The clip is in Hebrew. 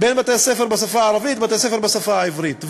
בין בתי-ספר בשפה הערבית, בתי-ספר בשפה העברית.